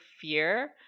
fear